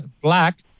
black